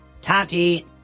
Tati